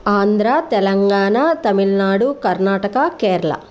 Andhra Telangana Tamil Nadu Karnataka Kerala